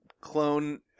clone